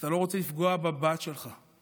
אתה לא רוצה לפגוע בבת שלך,